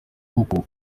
koko